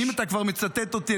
אם אתה כבר מצטט אותי,